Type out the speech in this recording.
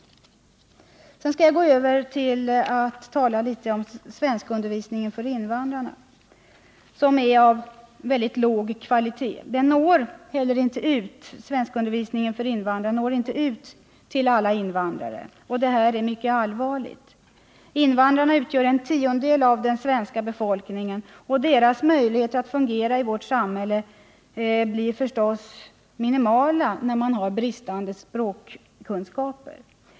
Jag vill sedan gå över till att tala något om svenskundervisningen för invandrarna. Svenskundervisningen för invandrare är av mycket låg kvalitet, och den når inte heller ut till alla invandrare. Det är mycket allvarligt. Invandrarna utgör en tiondel av den svenska befolkningen. Deras möjligheter att fungera i vårt samhälle blir naturligtvis minimala, om de har bristande språkkunskaper.